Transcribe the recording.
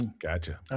Gotcha